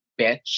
bitch